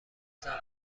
زمانی